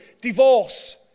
divorce